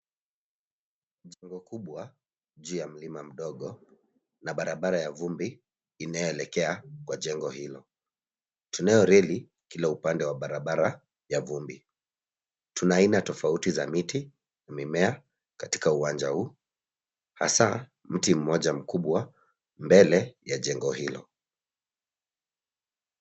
Jengo kubwa juu ya mlima mdogo na barabara ya vumbi inayo elekea kwa jengo hilo. Tunayo reli kila upande wa barabara ya vumbi. Tuna aina tofauti za miti na mimea katika uwanja huu hasa mti mmoja mkubwa mbele ya jengo hilo.